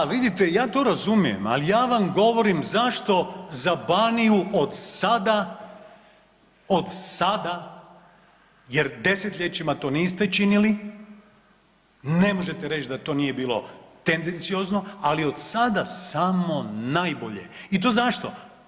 Da, ali vidite, ja to razumijem ali ja vam govorim zašto za Baniju odsada jer desetljećima to niste činili, ne možete reći da to nije bilo tendenciozno ali odsada samo najbolje i to zašto?